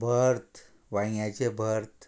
भर्थ वांयग्याचें भर्थ